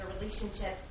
Relationship